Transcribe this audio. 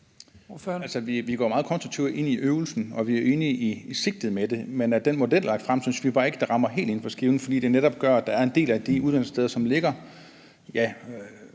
Vi går meget konstruktivt ind i øvelsen, og vi er enige i sigtet med det. Men den model, der er lagt frem, synes vi bare ikke rammer helt inden for skiven, fordi det netop gør, at der er en del af de uddannelsessteder, som ligger